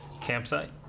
campsite